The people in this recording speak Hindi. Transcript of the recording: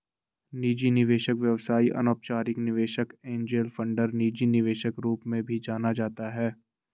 निजी निवेशक व्यवसाय अनौपचारिक निवेशक एंजेल फंडर निजी निवेशक रूप में भी जाना जाता है